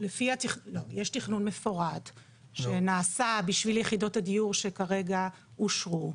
יש תכנון מפורט שנעשה בשביל יחידות הדיור שכרגע אושרו,